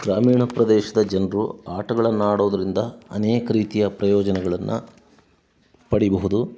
ಗ್ರಾಮೀಣ ಪ್ರದೇಶದ ಜನರು ಆಟಗಳನ್ನು ಆಡೋದರಿಂದ ಅನೇಕ ರೀತಿಯ ಪ್ರಯೋಜನಗಳನ್ನು ಪಡೀಬಹುದು